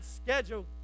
schedule